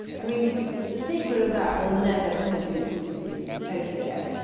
i mean the secret of that we'll never probably hugely, totally get.